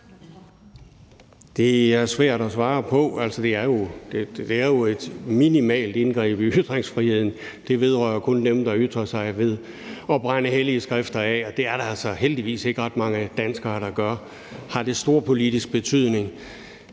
Det er svært at svare på. Det er jo et minimalt indgreb i ytringsfriheden, for det vedrører jo kun dem, der ytrer sig ved at brænde hellige skrifter af, og det er der altså heldigvis ikke ret mange danskere der gør. Har det storpolitisk betydning?